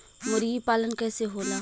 मुर्गी पालन कैसे होला?